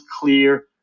clear